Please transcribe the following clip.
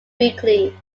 weekly